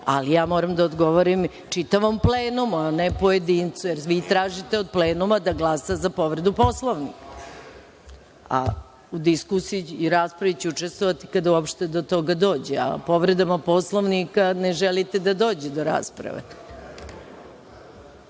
ali ja moram da odgovorim čitavom plenumu, a ne pojedincu, jer vi tražite od plenuma da glasa za povredu Poslovnika, a u diskusiji i raspravi ću učestvovati kada uopšte do toga dođe, a povredama Poslovnika ne želite da dođe do rasprave. Hoćemo